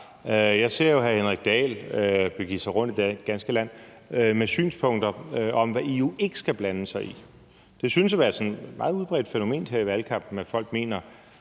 Jeg ser jo hr. Henrik Dahl begive sig rundt i det ganske land med synspunkter om, hvad EU ikke skal blande sig i. Det synes at være et meget udbredt fænomen her i valgkampen, at folk, der